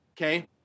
Okay